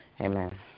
Amen